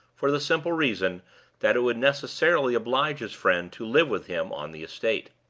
for the simple reason that it would necessarily oblige his friend to live with him on the estate.